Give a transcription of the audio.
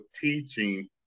teaching